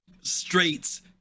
straits